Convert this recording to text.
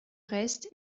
reste